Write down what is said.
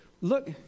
look